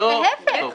להפך.